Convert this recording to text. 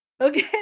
Okay